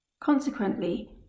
Consequently